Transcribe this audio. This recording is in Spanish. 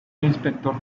inspector